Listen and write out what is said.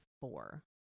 four